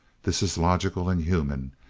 this is logical and human,